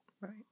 Right